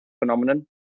phenomenon